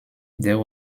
there